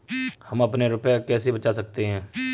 हम अपने रुपये कैसे बचा सकते हैं?